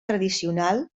tradicional